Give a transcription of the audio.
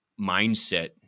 mindset